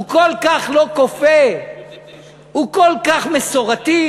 הוא כל כך לא כופה, הוא כל כך מסורתי.